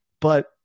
But-